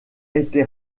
été